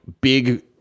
big